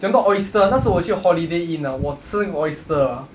讲到 oyster ah 那时我去 holiday inn ah 我吃 oyster ah